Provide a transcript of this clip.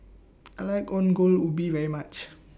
I like Ongol Ubi very much